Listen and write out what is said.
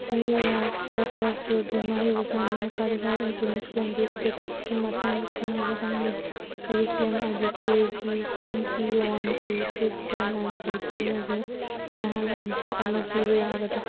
ꯑꯩ ꯔꯥꯁꯇ꯭ꯔꯤꯌꯥ ꯁꯣꯁꯇ꯭ꯔꯤ ꯚꯤꯃꯥ ꯌꯣꯖꯥꯅꯥꯒꯤ ꯃꯈꯥꯗ ꯍꯦꯜ ꯏꯟꯁꯨꯔꯦꯟꯁ ꯀ꯭ꯂꯦꯝꯒꯤ ꯁ꯭ꯇꯦꯇꯁꯀꯤ ꯃꯇꯥꯡꯗ ꯈꯪꯅꯕ ꯍꯪꯂꯤ ꯑꯩꯒꯤ claim I D K G N P one two six one nine eight ꯁꯤꯖꯤꯟꯅꯗꯨꯅ ꯅꯍꯥꯛꯅ ꯑꯞꯗꯦꯠ ꯑꯃ ꯄꯤꯕ ꯌꯥꯒꯗ꯭ꯔꯥ